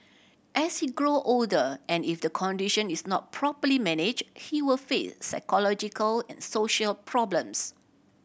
as he grow older and if the condition is not properly manage he were face psychological and social problems